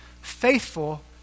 faithful